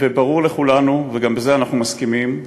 וברור לכולנו, וגם בזה אנחנו מסכימים,